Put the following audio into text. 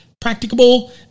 practicable